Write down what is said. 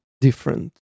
different